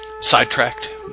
sidetracked